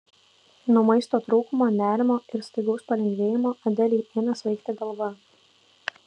nuo maisto trūkumo nerimo ir staigaus palengvėjimo adelei ėmė svaigti galva